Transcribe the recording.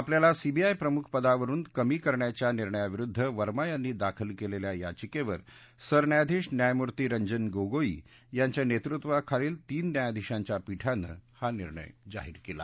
आपल्याला सीबीआय प्रमुख पदावरुन कमी करण्याच्या निर्णयाविरुद्ध वर्मा यांनी दाखल केलेल्या याचिकेवर सरन्यायाधीश न्यायमूर्ती रंजन गोगोई यांच्या नेतृत्वाखालील तीन न्यायाधीशांच्या पीठानं हा निर्णय जाहीर केला